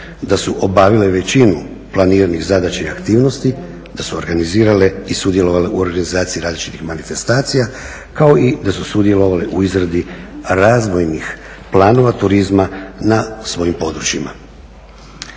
da su obavile većinu planiranih zadaća i aktivnosti, da su organizirale i sudjelovale u organizaciji različitih manifestacija kao i da su sudjelovale u izradi razvojnih planova turizma na svojim područjima.